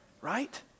right